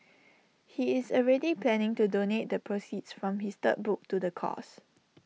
he is already planning to donate the proceeds from his third book to the cause